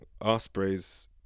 Ospreys